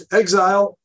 exile